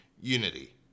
Unity